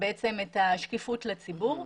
את השקיפות לציבור,